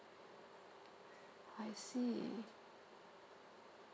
I see